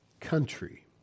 country